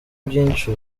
byinshi